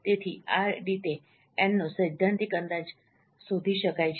તેથી આ રીતે એન નો સૈદ્ધાંતિક અંદાજ શોધી શકાય છે